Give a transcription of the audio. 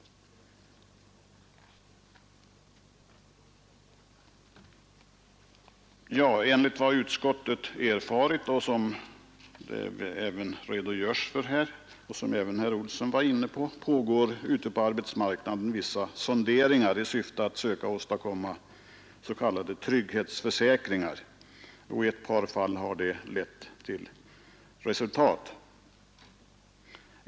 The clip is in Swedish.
Enligt vad utskottet erfarit och som även redogöres för här och som också herr Olsson nämnde pågår ute på arbetsmarknaden sonderingar i syfte att åstadkomma s.k. trygghetsförsäkringar. I ett par fall har de lett till resultat.